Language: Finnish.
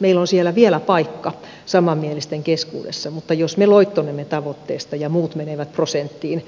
meillä on siellä vielä paikka samanmielisten keskuudessa mutta jos me loittonemme tavoitteesta ja muut menevät prosenttiin